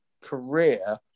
career